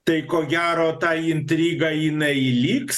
tai ko gero ta intriga jinai liks